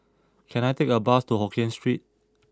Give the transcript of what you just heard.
can I take a bus to Hokkien Street